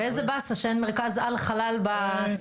ואיזה באסה שאין מרכז על חלל בצפון,